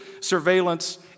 surveillance